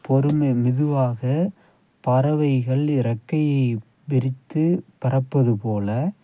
பொறுமை மெதுவாக பறவைகள் இறக்கையை விரித்து பறப்பது போல